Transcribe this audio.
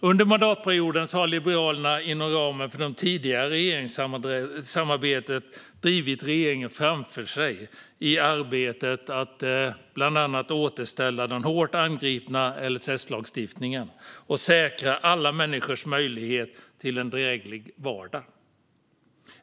Under mandatperioden har Liberalerna inom ramen för det tidigare regeringssamarbetet drivit regeringen framför sig i arbetet med att bland annat återställa den hårt angripna LSS-lagstiftningen och säkra alla människors möjlighet till en dräglig vardag.